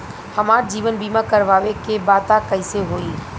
हमार जीवन बीमा करवावे के बा त कैसे होई?